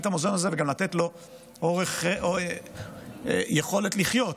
את המוזיאון הזה וגם לתת לו יכולת לחיות